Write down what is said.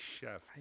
chef